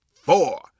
four